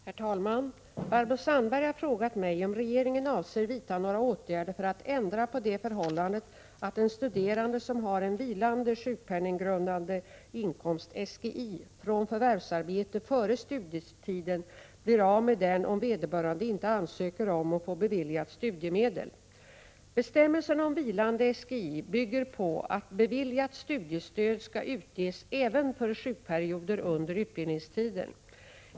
Herr talman! Barbro Sandberg har frågat mig om regeringen avser vidta några åtgärder för att ändra på det förhållandet att en studerande som har en vilande sjukpenninggrundande inkomst från förvärvsarbete före studietiden blir av med den om vederbörande inte ansöker om och får beviljat studiemedel. Bestämmelserna om vilande SGI bygger på att beviljat studiestöd skall utges även för sjukperioder under utbildningstiden.